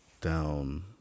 down